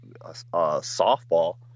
softball